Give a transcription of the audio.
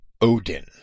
Odin